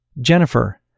Jennifer